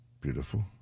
Beautiful